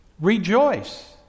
Rejoice